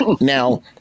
Now